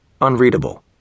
unreadable